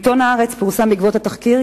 בעיתון "הארץ" פורסם בעקבות התחקיר,